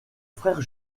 frère